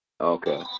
Okay